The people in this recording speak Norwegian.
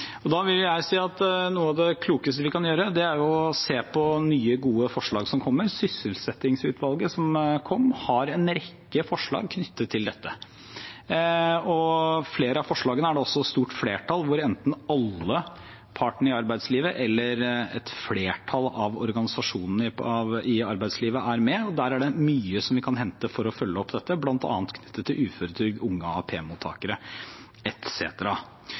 Da vil jeg si at noe av det klokeste vi kan gjøre, er å se på nye, gode forslag som kommer. Sysselsettingsutvalget har en rekke forslag knyttet til dette, og flere av forslagene er det også stort flertall for, der enten alle partene i arbeidslivet eller et flertall av organisasjonene i arbeidslivet er med. Der er det mye vi kan hente for å følge opp dette, bl.a. knyttet til uføretrygd, unge